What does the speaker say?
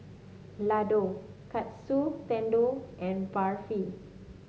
Ladoo Katsu Tendon and Barfi